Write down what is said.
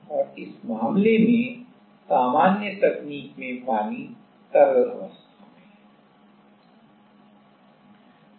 और इस मामले में सामान्य तकनीक में पानी तरल अवस्था में है